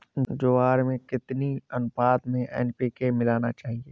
ज्वार में कितनी अनुपात में एन.पी.के मिलाना चाहिए?